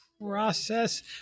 process